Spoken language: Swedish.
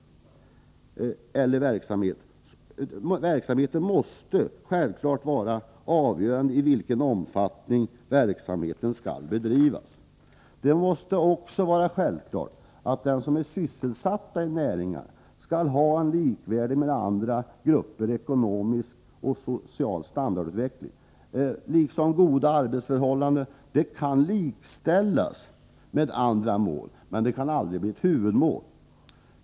Det måste vara behovet av en viss näring eller verksamhet som skall vara avgörande för i vilken omfattning näringen eller verksamheten skall bedrivas. Det måste också vara självklart att de som är sysselsatta i näringen skall ha en med andra grupper likvärdig ekonomisk och social standardutveckling, liksom också goda arbetsförhållanden. Detta mål kan likställas med andra mål, men det kan aldrig bli ett huvudmål.